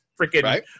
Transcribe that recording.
freaking